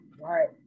right